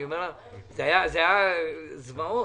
זה היה זוועות.